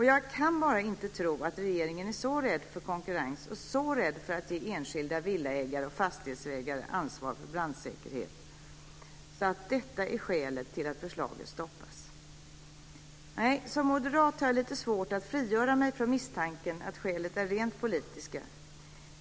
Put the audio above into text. Jag kan bara inte tro att regeringen är så rädd för konkurrens och så rädd för att ge enskilda villaägare och fastighetsägare ansvar för brandsäkerhet att detta är skälet till att förslaget stoppas. Som moderat har jag lite svårt att frigöra mig från misstanken att skälen är rent politiska.